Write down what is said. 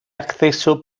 acceso